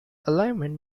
alignment